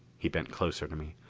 he bent closer to me.